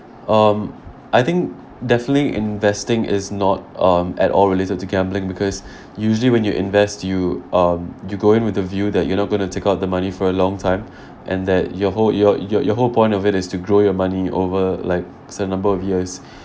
um I think definitely investing is not um at all related to gambling because usually when you invest you um you go in with a view that you are not going to take out the money for a long time and that your who~ your your your whole point of it is to grow your money over like certain number of years